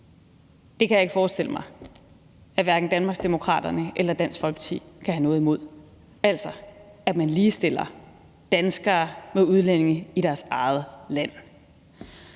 Jeg kan ikke forestille mig, at hverken Danmarksdemokraterne eller Dansk Folkeparti kan have noget imod, at man ligestiller danskere med udlændinge i deres eget land.